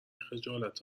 خجالت